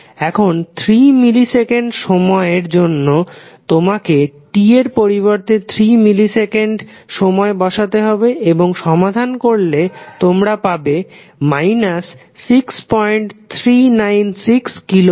এখন 3 millisecond সময়ের জন্য তোমাকে t এর পরিবর্তে 3মিলি সেকেন্ড সময় বসাতে হবে এবং সমাধান করলে তোমরা পাবে 6396 কিলো ওয়াট